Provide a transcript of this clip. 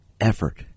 effort